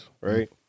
right